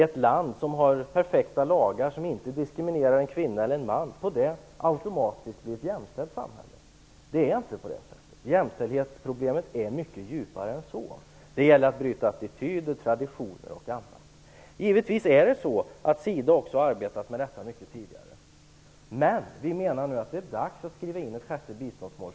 Ett land som har perfekta lagar som innebär att en kvinna eller en man inte diskrimineras blir inte automatiskt ett jämställt samhälle. Det är inte på det sättet. Jämställdhetsproblemet är mycket djupare än så. Det gäller t.ex. att komma till rätta med attityder och att bryta traditioner. Givetvis har SIDA arbetat mycket med detta även tidigare. Men vi menar nu att det är dags att skriva in ett sjätte biståndsmål.